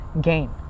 gain